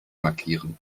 markieren